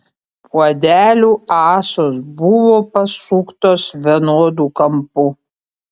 puodelių ąsos buvo pasuktos vienodu kampu